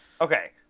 okay